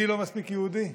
אני לא מספיק יהודי?